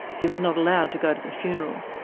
he was not allowed to go to the funeral.